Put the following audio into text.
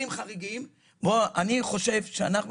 אני חושב שאם